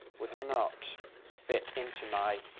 would not fit into my